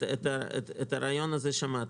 את הרעיון הזה שמעתי.